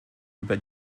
über